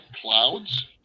clouds